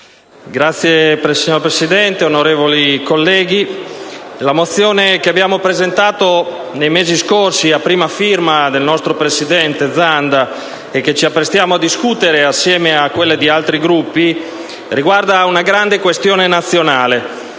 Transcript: *(PD)*. Signor Presidente, onorevoli colleghi, la mozione che abbiamo presentato nei mesi scorsi a prima firma del nostro presidente Zanda, e che ci apprestiamo a discutere assieme a quelle di altri Gruppi, riguarda una grande questione nazionale: